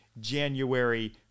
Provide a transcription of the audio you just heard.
January